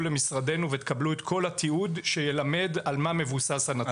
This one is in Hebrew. למשרדנו ותקבלו את כל התיעוד שילמד על מה מבוסס הנתון הזה.